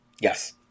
Yes